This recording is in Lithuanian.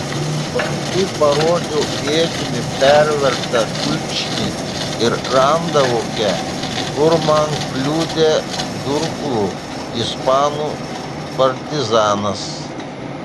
paskui parodžiau ietimi pervertą kulkšnį ir randą voke kur man kliudė durklu ispanų partizanas